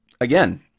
again